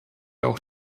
auch